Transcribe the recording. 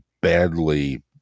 badly